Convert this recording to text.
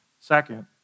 Second